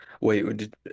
wait